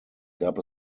gab